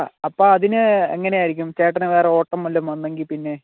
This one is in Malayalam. ആ അപ്പോൾ അതിന് എങ്ങനെയായിരിക്കും ചേട്ടനു വേറെ ഓട്ടം വല്ലോം വന്നെങ്കിൽ പിന്നെ